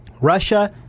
Russia